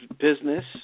business